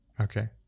Okay